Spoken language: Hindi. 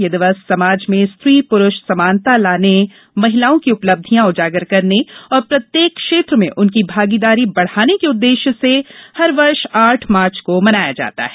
यह दिवस समाज में स्त्री पुरुष समानता लाने महिलाओं की उपलब्धियां उजागर करने और प्रत्येक क्षेत्र में उनकी भागीदारी बढ़ाने के उद्देश्य से प्रत्येक वर्ष आठ मार्च को मनाया जाता है